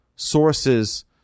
sources